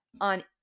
on